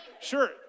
sure